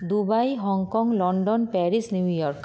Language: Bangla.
Dubai Hong Kong London Paris New York